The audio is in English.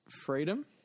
freedom